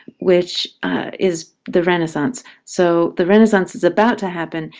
which is the renaissance. so the renaissance is about to happen,